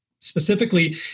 specifically